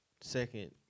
second